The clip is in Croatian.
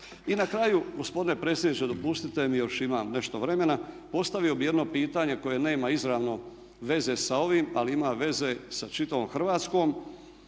I na kraju, gospodine predsjedniče dopustite mi još imam nešto vremena, postavio bi jedno pitanje koje nama izravno veze sa ovim ali ima veze sa čitavom Hrvatskom.